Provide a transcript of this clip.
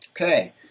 Okay